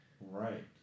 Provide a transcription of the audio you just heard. right